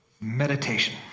meditation